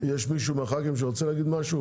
יש מישהו מהח"כים שרוצה להגיד משהו?